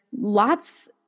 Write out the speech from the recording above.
lots